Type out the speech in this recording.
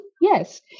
Yes